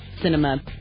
Cinema